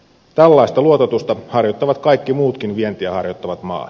tällaista luototusta harjoittavat kaikki muutkin vientiä harjoittavat maat